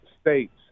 states